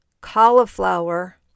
cauliflower